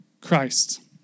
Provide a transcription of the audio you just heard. Christ